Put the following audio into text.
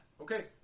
Okay